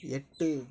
எட்டு